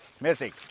Missy